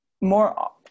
more